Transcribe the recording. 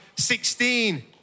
16